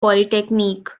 polytechnic